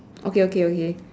okay okay okay